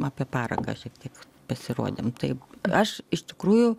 apie paraką šiaip taip pasirodėm tai aš iš tikrųjų